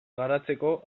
garatzeko